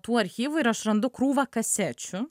tų archyvų ir aš randu krūvą kasečių